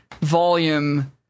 volume